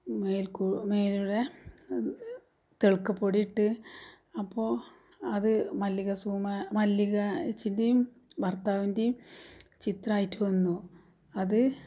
മേലൂടെ തിളക്കപ്പൊടി ഇട്ട് അപ്പോൾ അത് മല്ലിക മല്ലിക ചേച്ചിൻ്റെയും ഭർത്താവിൻ്റെയും ചിത്രമായിട്ട് വന്നു അത്